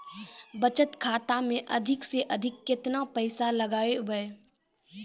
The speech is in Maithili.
बचत खाता मे अधिक से अधिक केतना पैसा लगाय ब?